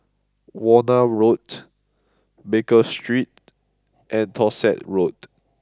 Warna Road Baker Street and Dorset Road